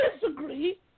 disagree